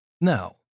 Now